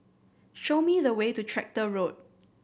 show me the way to Tractor Road